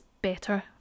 better